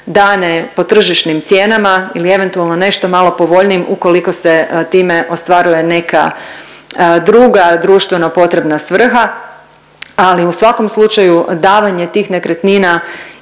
dane po tržišnim cijenama ili eventualno nešto malo povoljnijim ukoliko se time ostvaruje neka druga društveno potrebna svrha, ali u svakom slučaju davanje tih nekretnina